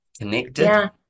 connected